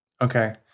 Okay